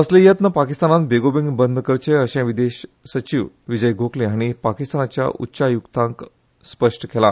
असले यत्न पाकिस्तानान बेगोबेग बंद करचे अशेय विदेश सचिव विजय गोखले हाणी पाकिस्तानाच्या उच्चायुक्तांक स्पष्ट केला